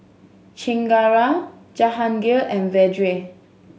Chengara Jahangir and Vedre